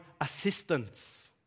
assistance